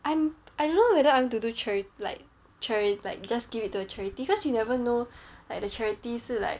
I'm I don't know whether I want to do chari~ like chari~ like just give it to the charity because you never know like the charity 是 like